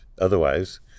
otherwise